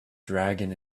dragon